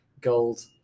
gold